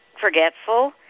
forgetful